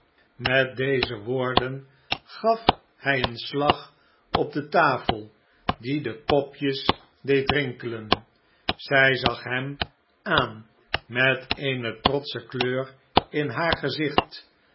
met deze woorden gaf hi een slag op de tafel die de kopjes deed rinkelen zij zag hem aan met eene trotsche kleur in haar gezicht